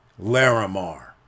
Laramar